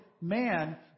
man